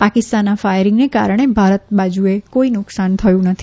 પાકિસ્તાનના ફાયરીંગને કારણે ભારત બાજુએ કોઇ નુકસાન થયું નથી